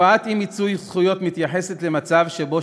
תופעת אי-מיצוי זכויות מתייחסת למצב שבו